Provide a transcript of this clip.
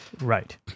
Right